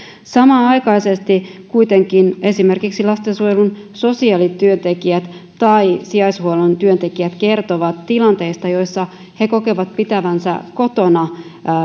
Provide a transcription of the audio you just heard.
samanaikaisesti kuitenkin esimerkiksi lastensuojelun sosiaalityöntekijät tai sijaishuollon työntekijät kertovat tilanteista joissa he kokevat pitävänsä kotona